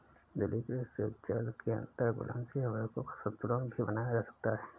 जलीय कृषि से जल के अंदर घुलनशील अवयवों का संतुलन भी बनाया जा सकता है